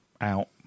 out